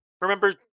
remember